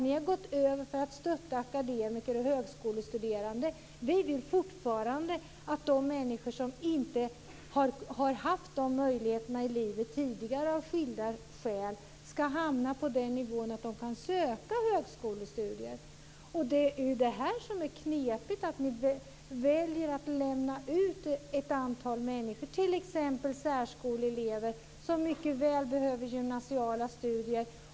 Ni har gått över till att stötta akademiker och högskolestuderande. Vi vill fortfarande att de människor som av skilda skäl inte har haft de möjligheterna tidigare i livet skall hamna på den nivån att de kan söka högskolestudier. Det är ju det här som är knepigt. Ni väljer att lämna ut ett antal människor, t.ex. särskoleelever, som mycket väl behöver gymnasiala studier.